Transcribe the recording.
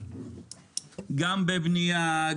גם בבנייה,